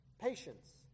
patience